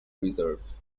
reserve